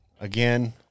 again